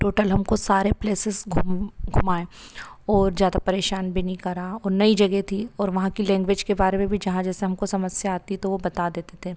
total हमको सारे places घुमाए और ज़्यादा परेशान भी नहीं करा और नहीं जगह थी और वहाँ की लैंग्वेज के बारे में भी जहाँ जैसे हमको समस्या आती तो वो बता देते थे